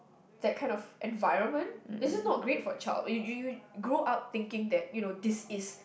that kind of environment is just not great for a child you you grow up thinking that you know this is